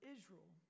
Israel